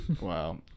Wow